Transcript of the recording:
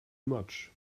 much